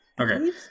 Okay